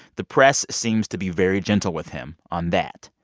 the press seems to be very gentle with him on that.